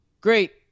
great